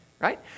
Right